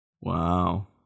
Wow